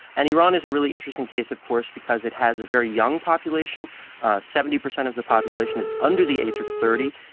and iran is a really interesting case, of course, because it has a very young population seventy percent of the population is under the age of thirty.